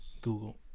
Google